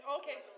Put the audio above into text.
okay